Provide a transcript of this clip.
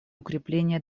укрепления